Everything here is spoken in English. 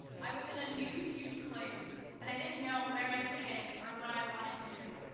i was in a new huge place and i didn't know where i fit in or what i wanted to do.